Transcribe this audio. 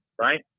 right